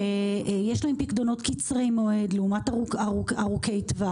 שיש להם פיקדונות קצרי מועד לעומת פיקדונות ארוכי-טווח.